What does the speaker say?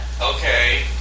Okay